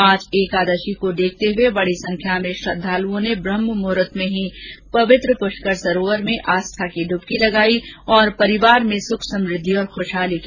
आज एकादशी को देखते हुए बड़ी संख्या में श्रद्धालुओं ने ब्रह्म मुहूर्त में ही पर्वित्र पुष्कर सरोवर में आस्था की ड्रबकी लगाई और परिवार में सुख समृद्धि और खुशहाली की कामना की